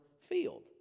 field